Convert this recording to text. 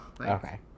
Okay